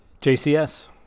JCS